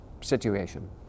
situation